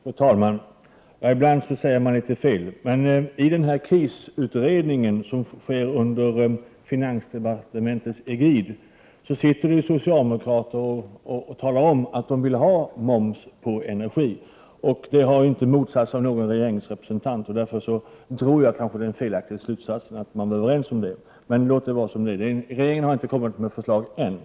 Fru talman! Ibland säger man litet fel, men i den krisutredning som sker under finansdepartementets egid sitter socialdemokrater och talar om att de vill ha moms på energi. Det har inte motsagts av någon regeringsrepresentant, och därför drog jag den kanske felaktiga slutsatsen att man var överens om detta. Men låt det vara som det är — regeringen har inte kommit med något sådant förslag än.